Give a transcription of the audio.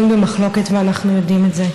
הוא גם לא דיון במחלוקת, ואנחנו יודעים את זה.